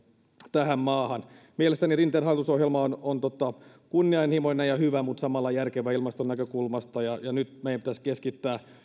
tähän maahan mielestäni rinteen hallitusohjelma on on kunnianhimoinen ja hyvä mutta samalla järkevä ilmaston näkökulmasta nyt meidän pitäisi